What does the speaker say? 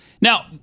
Now